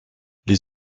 les